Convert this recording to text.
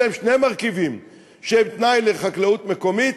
אלה הם שני מרכיבים שהם תנאי לחקלאות מקומית,